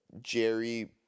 Jerry